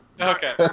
Okay